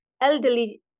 elderly